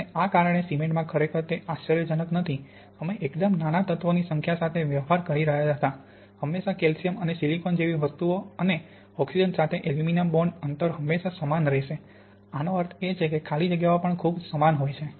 અને આ કારણે સિમેન્ટમાં ખરેખર તે આશ્ચર્યજનક નથી અમે એકદમ નાના તત્વોની સંખ્યા સાથે વ્યવહાર કરી રહ્યા હતા હંમેશા કેલ્શિયમ અને સિલિકોન જેવી વસ્તુઓ અને ઓક્સિજન સાથે એલ્યુમિનિયમ બોન્ડ અંતર હંમેશાં સમાન રહેશે અને આનો અર્થ એ કે ખાલી જગ્યાઓ પણ ખૂબ સમાન હોય છે